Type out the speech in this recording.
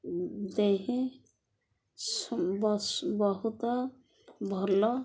ଦେହି ସୁ ବ ବହୁତ ଭଲ